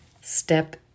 Step